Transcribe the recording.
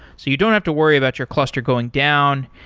so you don't have to worry about your cluster going down,